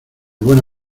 buena